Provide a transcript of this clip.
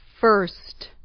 First